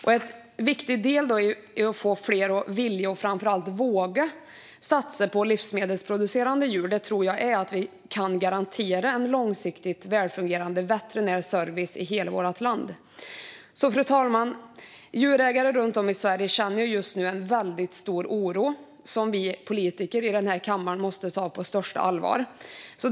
Och en viktig del i att få fler att vilja och framför allt våga satsa på livsmedelsproducerande djur tror jag är att vi kan garantera långsiktigt välfungerande veterinärservice i hela vårt land. Fru talman! Djurägare runt om i Sverige känner just nu en väldigt stor oro som vi politiker i denna kammare måste ta på största allvar.